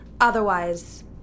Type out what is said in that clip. Otherwise